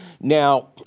Now